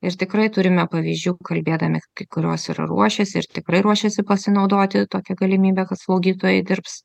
ir tikrai turime pavyzdžių kalbėdami kai kurios ir ruošėsi ir tikrai ruošėsi pasinaudoti tokia galimybe kad slaugytojai dirbs